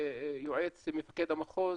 יועץ מפקד המחוז,